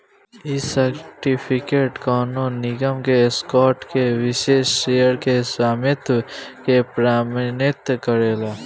इ सर्टिफिकेट कवनो निगम के स्टॉक के विशिष्ट शेयर के स्वामित्व के प्रमाणित करेला